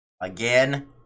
Again